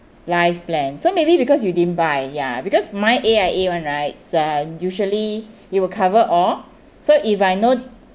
life plan so maybe because you didn't buy ya because my A_I_A one right it's uh usually it will cover all so if I know